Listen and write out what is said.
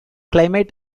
climate